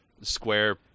square